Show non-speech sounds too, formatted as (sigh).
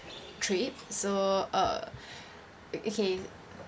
trip so uh (breath) o~ okay